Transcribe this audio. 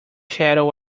shadow